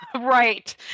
Right